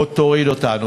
עוד תוריד אותנו?